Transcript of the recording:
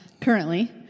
currently